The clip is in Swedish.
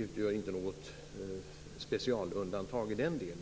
inte något specialundantag i den delen.